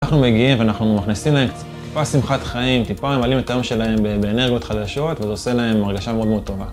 אנחנו מגיעים ואנחנו מכניסים להם טיפה שמחת חיים, טיפה הם עלים את טעם שלהם באנרגיות חדשות וזה עושה להם מרגישה מאוד מאוד טובה.